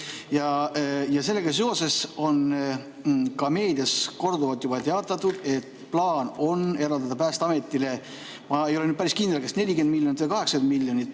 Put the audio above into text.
Ja sellega seoses on ka meedias korduvalt juba teatatud, et plaan on eraldada Päästeametile, ma ei ole nüüd päris kindel, kas 40 miljonit või 80 miljonit